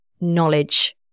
knowledge